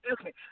Okay